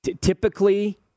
Typically